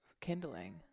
kindling